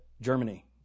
Germany